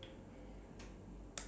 ya okay okay